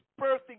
birthing